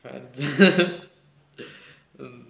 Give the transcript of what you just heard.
and P_P_B_U_M